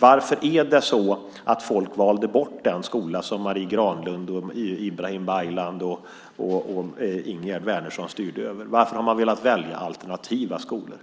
Varför valde folk bort den skola som Marie Granlund och Ibrahim Baylan och Ingegerd Wärnersson styrde över? Varför har folk velat välja alternativa skolor?